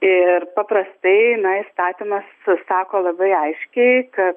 ir paprastai na įstatymas sako labai aiškiai kad